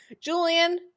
Julian